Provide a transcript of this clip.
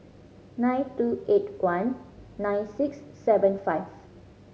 nine two eight one nine six seven five